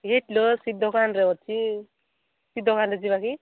ହେଇଟିଲ ସି ଦୋକାନରେ ଅଛି ସି ଦୋକାନରେ ଯ ବାକି